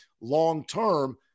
long-term